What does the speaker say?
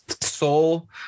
soul